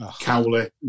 Cowley